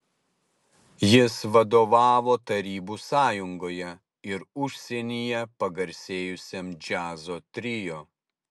jis vadovavo tarybų sąjungoje ir užsienyje pagarsėjusiam džiazo trio